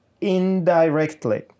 indirectly